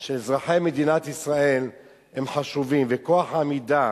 של אזרחי מדינת ישראל הם חשובים, וכל העמידה